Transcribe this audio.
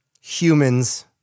humans